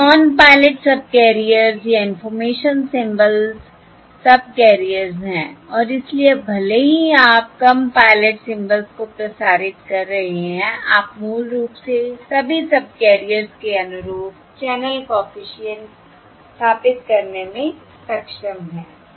यह non pilot subcarriers या information symbols subcarriers है और इसलिए अब भले ही आप कम पायलट सिंबल्स को प्रसारित कर रहे हैं आप मूल रूप से सभी सबकैरियर्स के अनुरूप चैनल कॉफिशिएंट्स स्थापित करने में सक्षम हैं